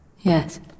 Yes